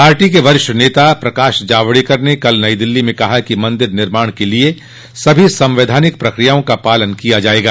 party के वरिष्ठ नेता प्रकाश जावड़ेकर ने कल नई दिल्ली में कहा कि मंदिर निर्माण के लिए सभी संवैधानिक प्रक्रियाओं का पालन किया जाएगा